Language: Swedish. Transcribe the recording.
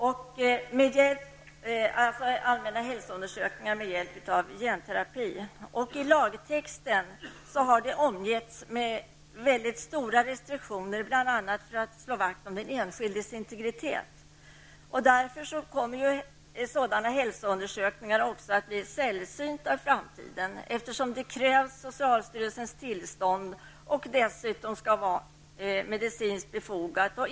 I lagtexten har dessa undersökningar omgetts med mycket stora restriktioner, bl.a. för att slå vakt om den enskildes integritet. Därför kommer sådana hälsoundersökningar också att bli sällsynta i framtiden, eftersom socialstyrelsens tillstånd krävs och de dessutom skall vara medicinskt befogade.